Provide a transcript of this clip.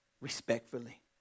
respectfully